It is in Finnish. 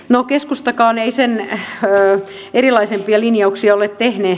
no keskustakaan ei sen erilaisempia linjauksia ole tehnyt